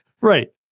right